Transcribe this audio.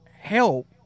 help